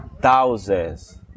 thousands